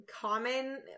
common